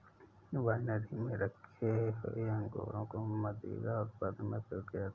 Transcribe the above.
winery में रखे हुए अंगूरों को मदिरा उत्पादन में प्रयोग किया जाता है